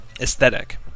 aesthetic